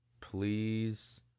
Please